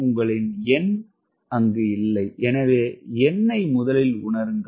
உங்களிடம் எண் இல்லை எனவே எண்ணை உணருங்கள்